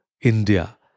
India